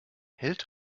hält